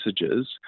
messages